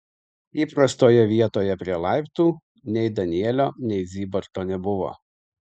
įprastoje vietoje prie laiptų nei danielio nei zybarto nebuvo